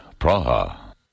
Praha